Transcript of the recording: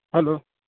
hello